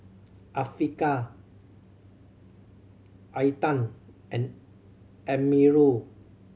Afiqah Intan and Amirul